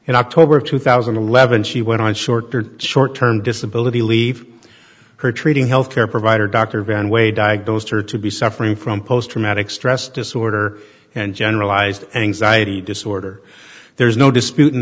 in october two thousand and eleven she went on short short term disability leave her treating health care provider dr van way diagnosed her to be suffering from post traumatic stress disorder and generalized anxiety disorder there's no dispute in